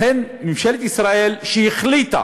לכן ממשלת ישראל, שהחליטה